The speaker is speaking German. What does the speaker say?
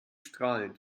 strahlend